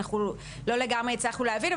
לא לגמרי הצלחנו להבין,